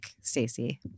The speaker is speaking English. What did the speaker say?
Stacey